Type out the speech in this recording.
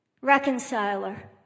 reconciler